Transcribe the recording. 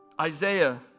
Isaiah